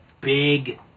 big